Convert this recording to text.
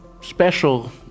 special